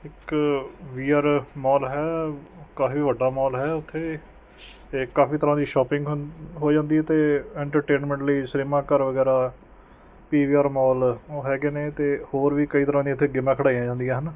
ਇੱਕ V R mall ਹੈ ਕਾਫ਼ੀ ਵੱਡਾ ਮੋਲ ਹੈ ਉੱਥੇ ਕਾਫ਼ੀ ਤਰ੍ਹਾਂ ਦੀ ਸ਼ੋਪਿੰਗ ਹੰ ਹੋ ਜਾਂਦੀ ਹੈ ਅਤੇ ਇੰਟਰਟੇਨਮੈਂਟ ਲਈ ਸਿਨੇਮਾ ਘਰ ਵਗੈਰਾ ਪੀ ਵੀ ਆਰ ਮੋਲ ਹੈਗੇ ਨੇ ਅਤੇ ਹੋਰ ਵੀ ਕਈ ਤਰ੍ਹਾਂ ਦੀਆਂ ਇੱਥੇ ਗੇਮਾਂ ਖਿਡਾਈਆਂ ਜਾਂਦੀਆਂ ਹਨ